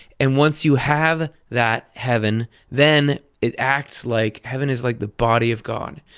and once you have that heaven then it acts like. heaven is like the body of god.